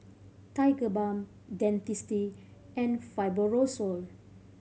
Tigerbalm Dentiste and Fibrosol